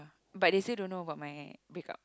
but they still don't know ore about my breakup